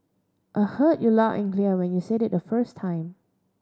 I heard you loud and clear when you said it the first time